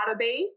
database